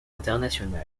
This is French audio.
international